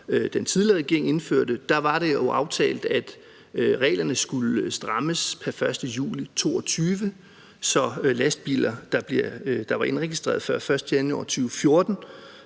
den tidligere regering indførte. Der var der jo aftalt, at reglerne skulle strammes pr. 1. juli 2022, så lastbiler, der var indregistreret før den 1. januar 2014,